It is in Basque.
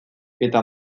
eta